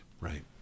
right